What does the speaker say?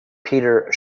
peter